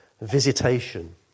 Visitation